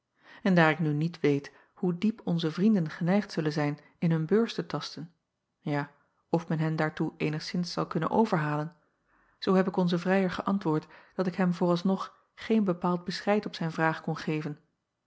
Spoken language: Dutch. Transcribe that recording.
n daar ik nu niet weet hoe diep onze vrienden geneigd zullen zijn in hun beurs te tasten ja of men hen daartoe eenigszins zal kunnen overhalen zoo heb ik onzen vrijer geäntwoord dat ik hem vooralsnog geen bepaald bescheid op zijn vraag kon geven